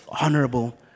honorable